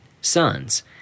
sons